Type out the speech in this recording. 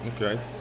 Okay